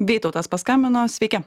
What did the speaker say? vytautas paskambino sveiki